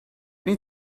need